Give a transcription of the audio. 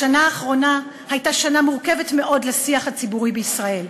השנה האחרונה הייתה שנה מורכבת מאוד לשיח הציבורי בישראל.